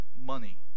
money